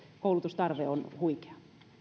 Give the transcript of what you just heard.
koulutustarve on huikea